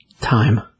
time